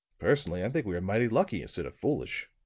personally, i think we are mighty lucky, instead of foolish.